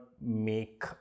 make